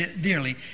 dearly